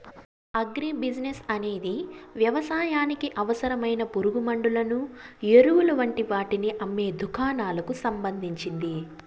agri business అనేది వ్యవసాయానికి అవసరమైన పురుగుమండులను, ఎరువులు వంటి వాటిని అమ్మే దుకాణాలకు సంబంధించింది